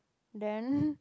then